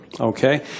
Okay